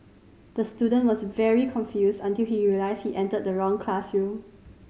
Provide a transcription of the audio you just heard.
the student was very confused until he realised he entered the wrong classroom